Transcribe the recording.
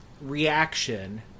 reaction